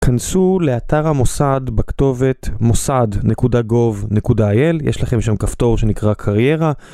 כנסו לאתר המוסד בכתובת מוסד נקודה גוב נקודה איי-אל, יש לכם שם כפתור שנקרא קריירה.